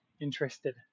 interested